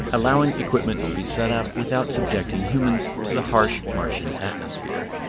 allowing equipment to be set up without subjecting humans to the harsh martian atmosphere.